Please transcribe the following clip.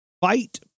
fight